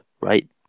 right